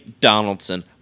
Donaldson